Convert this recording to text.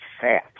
fat